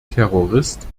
terrorist